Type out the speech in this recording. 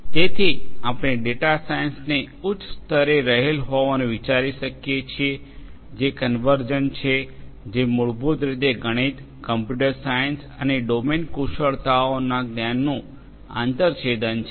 તેથી આપણે ડેટા સાયન્સને ઉચ્ચ સ્તરે રહેલ હોવાનું વિચારી શકીએ છીએ જે કન્વર્જન્ટ છે જે મૂળભૂત રીતે ગણિત કમ્પ્યુટર સાયન્સ અને ડોમેન કુશળતાઓના જ્ઞાનનું આંતરછેદન છે